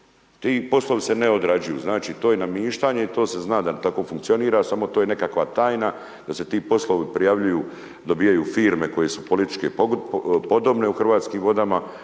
Ti poslovi se ne odrađuju, znači to je namještanje, to se zna da tako funkcionira, samo to je nekakva tajna da se ti poslovi prijavljuju, dobivaju firme koje su politički podobne u Hrvatskim vodama,